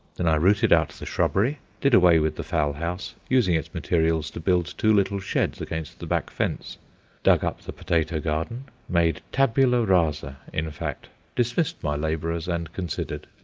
then i rooted out the shrubbery did away with the fowl-house, using its materials to build two little sheds against the back fence dug up the potato-garden made tabula rasa, in fact dismissed my labourers, and considered.